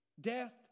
death